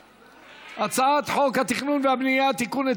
הצעת חוק התכנון והבנייה (תיקון,